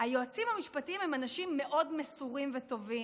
היועצים המשפטיים הם אנשים מאוד מסורים וטובים.